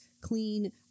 clean